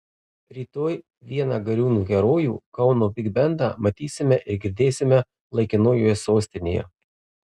rytoj vieną gariūnų herojų kauno bigbendą matysime ir girdėsime laikinojoje sostinėje